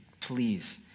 please